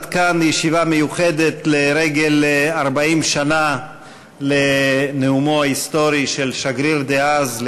עד כאן ישיבה מיוחדת לרגל 40 שנה לנאומו ההיסטורי של השגריר דאז,